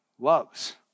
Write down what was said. loves